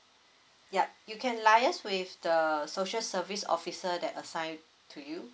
yup you can liaise with the social service officer that assigned to you